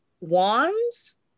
wands